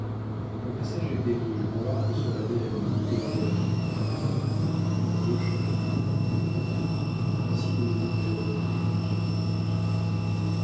mon passage est payé je m'embarque sur la belle amélie et vais à calcutta dans deux jours dit le vieillard ainsi nous ne nous verrons plus monsieur le